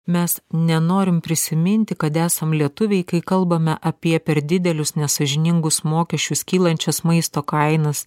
mes nenorim prisiminti kad esam lietuviai kai kalbame apie per didelius nesąžiningus mokesčius kylančias maisto kainas